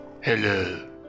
Hello